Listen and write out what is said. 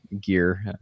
gear